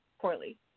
poorly